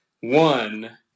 one